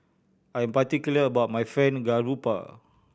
I am particular about my Fried Garoupa